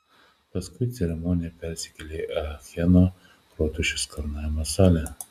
paskui ceremonija persikėlė į acheno rotušės karūnavimo salę